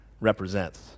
represents